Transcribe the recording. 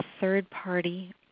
third-party